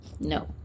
No